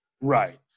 Right